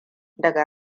daga